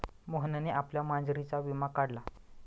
मोहनने आपल्या मांजरीचा विमा काढला